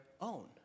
own